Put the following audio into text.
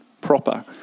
proper